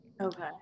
okay